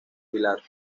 pilar